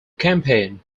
campaign